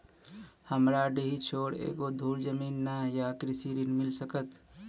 हमरा डीह छोर एको धुर जमीन न या कृषि ऋण मिल सकत?